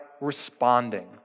responding